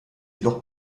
jedoch